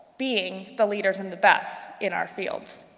being the leaders and the best in our fields.